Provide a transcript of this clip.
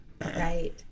Right